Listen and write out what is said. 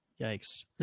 Yikes